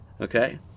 Okay